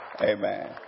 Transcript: Amen